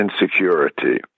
insecurity